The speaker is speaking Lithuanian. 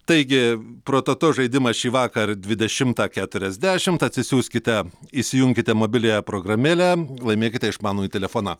taigi prototo žaidimas šįvakar dvidešimtą keturiasdešimt atsisiųskite įsijunkite mobiliąją programėlę laimėkite išmanųjį telefoną